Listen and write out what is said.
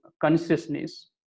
consciousness